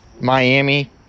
Miami –